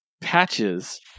patches